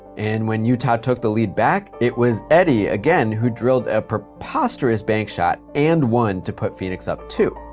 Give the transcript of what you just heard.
and when utah took the lead back, it was eddie again who drilled a preposterous bank shot and won to put phoenix up two.